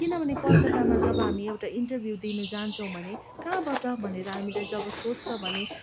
किनभने कलकतामा जब हामी एउटा इन्टरभ्यू दिनु जान्छौँ भने कहाँबाट भनेर हामीलाई जब सोध्छ भने